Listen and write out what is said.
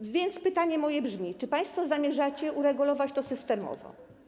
Tak więc pytanie moje brzmi: Czy państwo zamierzacie uregulować to systemowo?